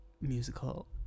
musical